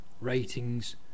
ratings